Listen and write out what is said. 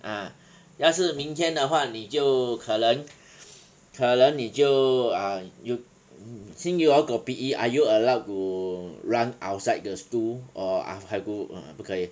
ah 要是明天的话你就可能可能你就 err you since you all got P_E are you allowed to run outside the school or 还不 uh 不可以